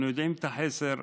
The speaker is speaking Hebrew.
אנחנו יודעים את החסר,